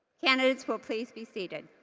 candidates will please be seated.